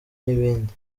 n’ibindi